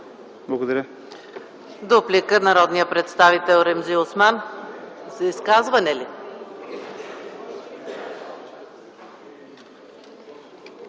Благодаря.